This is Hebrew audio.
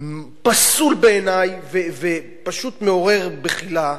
פסול בעיני ופשוט מעורר בחילה,